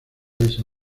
lisa